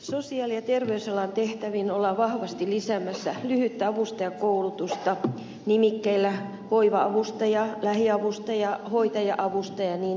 sosiaali ja terveysalan tehtäviin ollaan vahvasti lisäämässä lyhyttä avustajakoulutusta nimikkeillä hoiva avustaja lähiavustaja hoitaja avustaja ja niin edelleen